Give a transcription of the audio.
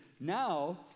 now